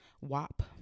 WAP